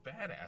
badass